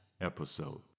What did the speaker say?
episode